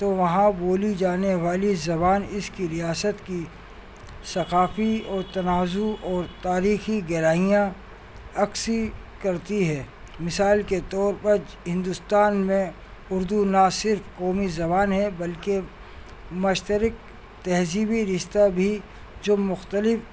تو وہاں بولی جانے والی زبان اس کی ریاست کی ثقافتی اور تناظر اور تاریخی گہرائیاں عکس کرتی ہے مثال کے طور پر ہندوستان میں اردو نہ صرف قومی زبان ہے بلکہ مشترک تہذیبی رشتہ بھی جو مختلف